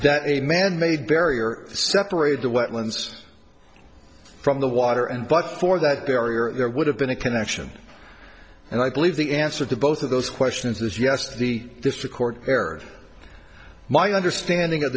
that a manmade barrier separated the wetlands from the water and but for that barrier there would have been a connection and i believe the answer to both of those questions is yes the district court erred my understanding of